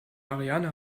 ariane